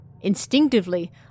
Instinctively